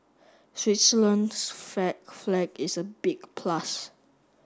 Switzerland's flag flag is a big plus